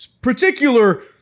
particular